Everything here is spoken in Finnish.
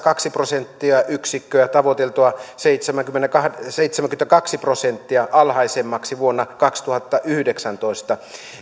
kaksi prosenttiyksikköä tavoiteltua seitsemääkymmentäkahta prosenttia alhaisemmaksi vuonna kaksituhattayhdeksäntoista